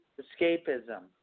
escapism